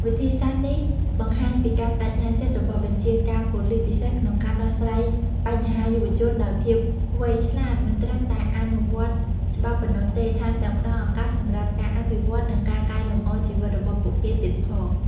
វិធីសាស្ត្រនេះបង្ហាញពីការប្តេជ្ញាចិត្តរបស់បញ្ជាការប៉ូលិសពិសេសក្នុងការដោះស្រាយបញ្ហាយុវជនដោយភាពវៃឆ្លាត មិនត្រឹមតែអនុវត្តច្បាប់ប៉ុណ្ណោះទេ ថែមទាំងផ្តល់ឱកាសសម្រាប់ការអភិវឌ្ឍ និងការកែលម្អជីវិតរបស់ពួកគេទៀតផង។